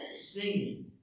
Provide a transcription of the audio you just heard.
singing